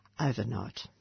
overnight